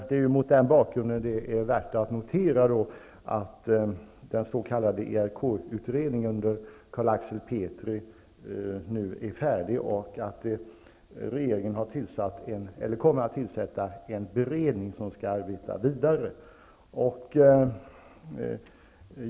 Det är mot den bakgrunden värt att notera att den s.k. ERK utredningen under Carl-Axel Petri nu är färdig och att regeringen kommer att tillsätta en beredning som skall arbeta vidare.